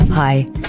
Hi